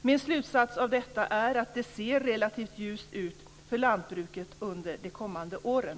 Min slutsats av detta är att det ser relativt sett ljust ut för lantbruket under de kommande åren.